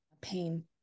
pain